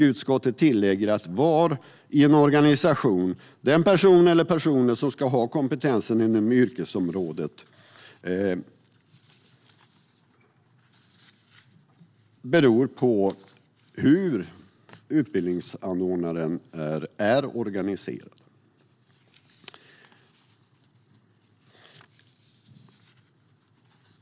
Utskottet tillägger att var i en organisation den person eller de personer som ska ha kompetensen inom yrkesområdet befinner sig beror på hur utbildningsanordnaren är organiserad.